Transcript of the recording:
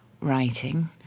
writing